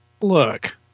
look